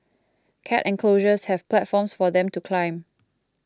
cat enclosures have platforms for them to climb